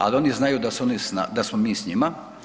Ali oni znaju da smo mi s njima.